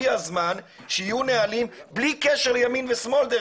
הגיע הזמן שיהיו נהלים בלי קשר לימין ושמאל.